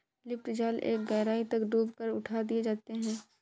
lift जाल एक गहराई तक डूबा कर उठा दिए जाते हैं